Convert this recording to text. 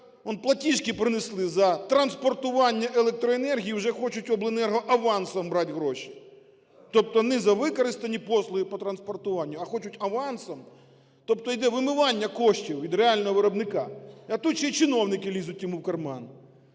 платіжки принесли за транспортування електроенергії. Вже хочуть обленерго авансом брати гроші, тобто не за використані послуги по транспортуванню, а хочуть авансом. Тобто іде вимивання коштів від реального виробника, а тут ще й чиновники лізуть їм у карман.